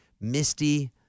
Misty